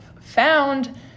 found